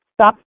stop